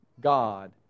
God